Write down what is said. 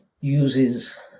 uses